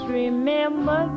remember